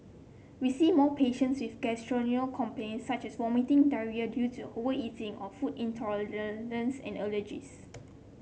we see more patients with gastrointestinal complaints such as vomiting diarrhoea due to overeating or food and allergies